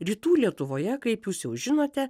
rytų lietuvoje kaip jūs jau žinote